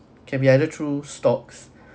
can be either through stocks